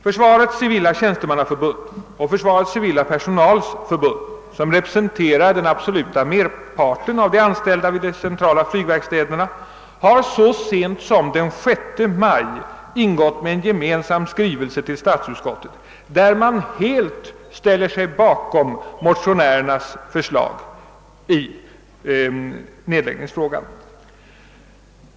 Försvarets civila tjänstemannaförbund och Försvarets civila personals förbund, som representerar den absoluta merparten av de anställda vid de centrala flygverkstäderna, har så sent som den 6 maj till statsutskottet ingått med en gemensam skrivelse, där man helt ställer sig bakom motionärernas förslag i nedläggningsfrågan.